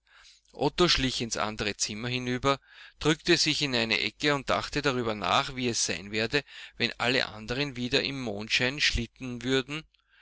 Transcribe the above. otto schlich ins andere zimmer hinüber drückte sich in eine ecke und dachte darüber nach wie es sein werde wenn alle anderen wieder im mondschein schlitten würden